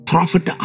Prophet